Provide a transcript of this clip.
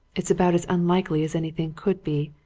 it's about as unlikely as anything could be,